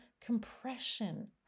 compression